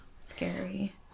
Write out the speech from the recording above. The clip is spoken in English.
Scary